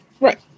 right